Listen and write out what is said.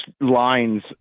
lines